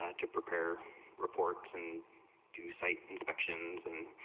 ah to prepare reports and two site inspections and,